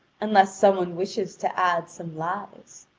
unless some one wishes to add some lies.